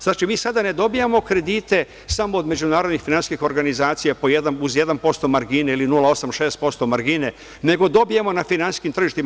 Znači, mi sada ne dobijamo kredite samo od međunarodnih finansijskih organizacija uz 1% margine ili 0,86% margine, nego dobijamo na finansijskim tržištima.